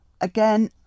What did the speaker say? again